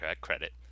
credit